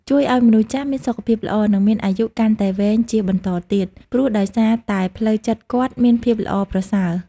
ជួយឲ្យមនុស្សចាស់មានសុខភាពល្អ និងមានអាយុកាន់តែវែងជាបន្តទៀត ព្រោះដោយសារតែផ្លូវចិត្តគាត់មានភាពល្អប្រសើរ។